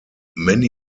many